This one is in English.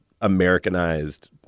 Americanized